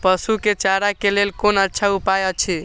पशु के चारा के लेल कोन अच्छा उपाय अछि?